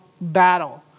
battle